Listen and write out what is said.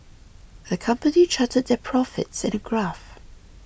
the company charted their profits in a graph